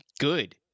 good